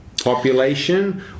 Population